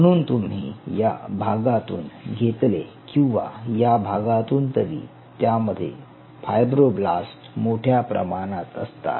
म्हणून तुम्ही या भागातून घेतले किंवा या भागातून तरी त्यामध्ये फायब्रोब्लास्ट मोठ्या प्रमाणात असतात